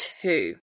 two